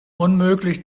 unmöglich